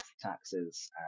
taxes